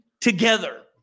together